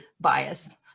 bias